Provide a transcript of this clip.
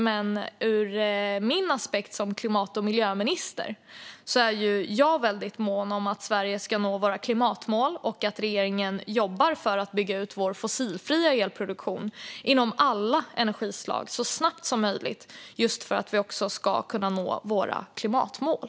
Men som klimat och miljöminister är jag väldigt mån om att vi i Sverige ska nå våra klimatmål och att regeringen ska jobba för en utbyggnad av vår fossilfria elproduktion, från alla energislag, så snabbt som möjligt - just för att vi ska kunna nå våra klimatmål.